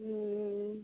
हूँ